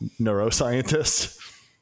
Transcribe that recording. neuroscientist